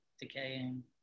decaying